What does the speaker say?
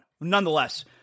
Nonetheless